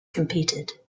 competed